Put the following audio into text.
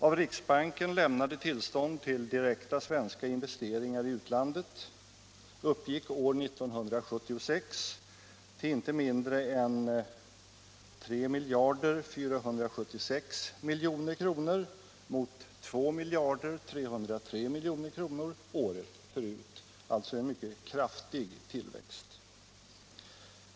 Av riksbanken lämnade tillstånd till direkta svenska investeringar i utlandet uppgick år 1976 till inte mindre än 3 476 milj.kr. mot 2 303 milj.kr. året förut, således en mycket kraftig tillväxt.